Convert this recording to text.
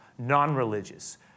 non-religious